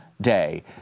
day